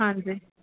ਹਾਂਜੀ